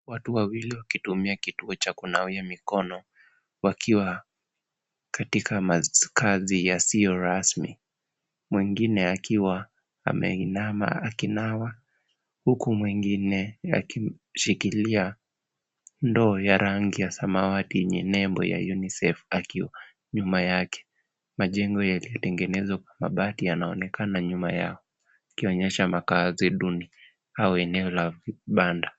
Watu wawili wakitumia kituo cha kunawia mikono wakiwa katika makazi yasiyo rasmi. Mwingine akiwa ameinama akinawa, huku mwingine akishikilia ndoo ya rangi ya samawati yenye nembo ya Unicef akiwa nyuma yake. Majengo yaliyotengenezwa kwa mabati yanaonekana nyuma yao yakionyesha makaazi duni au eneo la vibanda.